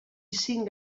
cinc